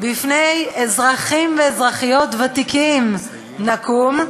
בפני אזרחים ואזרחיות ותיקים נקום,